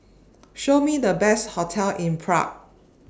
Show Me The Best hotels in Prague